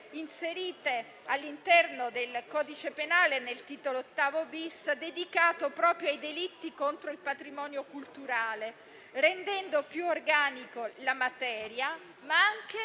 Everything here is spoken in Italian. inserite all'interno del codice penale, nel titolo VIII-*bis*, dedicato proprio ai delitti contro il patrimonio culturale, rendendo più organica la materia, ma anche